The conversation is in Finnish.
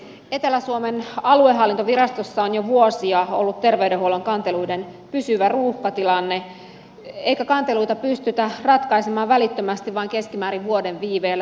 etelä suomen aluehallintovirastossa on jo vuosia ollut terveydenhuollon kanteluiden pysyvä ruuhkatilanne eikä kanteluita pystytä ratkaisemaan välittömästi vaan keskimäärin vuoden viiveellä